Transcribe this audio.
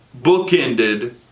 bookended